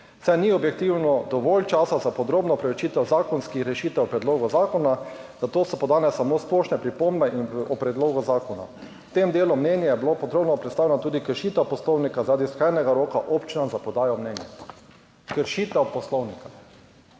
saj ni objektivno dovolj časa za podrobno preučitev zakonskih rešitev v predlogu zakona, zato so podane samo splošne pripombe in o predlogu zakona". V tem delu mnenja je bilo podrobno predstavljena tudi kršitev Poslovnika zaradi skrajnega roka občinam za podajo mnenja. Kršitev Poslovnika!